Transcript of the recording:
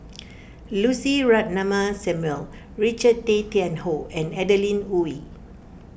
Lucy Ratnammah Samuel Richard Tay Tian Hoe and Adeline Ooi